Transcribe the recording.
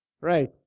Right